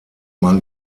man